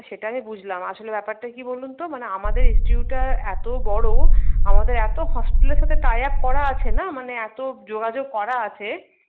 সেটা আমি বুঝলাম আসলে ব্যাপারটা কি বলুন তো মানে আমাদের ইন্সটিটিউটটা এত বড়ো আমাদের এত হসপিটালের সাথে টাই আপ করা আছে না মানে এত যোগাযোগ করা আছে